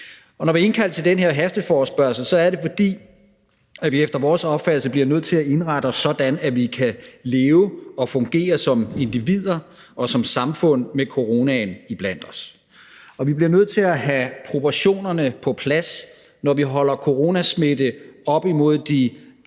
når vi har indkaldt til den her hasteforespørgsel, er det, fordi man efter vores opfattelse bliver nødt til at indrette sig sådan, at vi kan leve og fungere som individer og som samfund med coronaen iblandt os. Og vi bliver nødt til at have proportionerne på plads, når vi holder coronasmitte op imod de